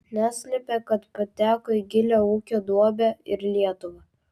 neslepia kad pateko į gilią ūkio duobę ir lietuva